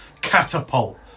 catapult